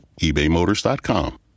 ebaymotors.com